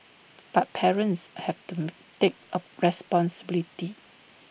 but parents have to take A responsibility